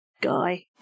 guy